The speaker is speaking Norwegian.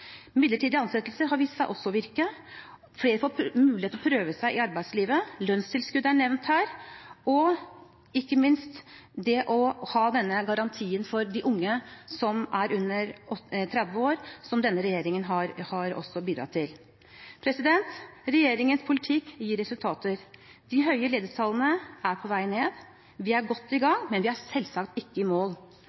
Midlertidige ansettelser har også vist seg å virke, ved at flere får mulighet til å prøve seg i arbeidslivet. Lønnstilskudd er nevnt her, og ikke minst det å ha denne garantien for de unge som er under 30 år, som denne regjeringen også har bidratt til. Regjeringens politikk gir resultater. De høye ledighetstallene er på vei ned. Vi er godt i gang, men vi er selvsagt ikke i mål.